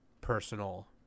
personal